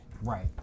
Right